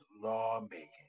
lawmaking